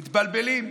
מתבלבלים.